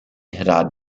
hadad